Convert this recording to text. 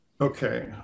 Okay